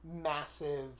massive